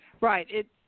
right